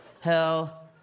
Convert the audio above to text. Hell